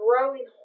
growing